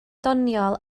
doniol